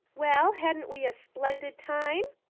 well, hadn't we a splendid time?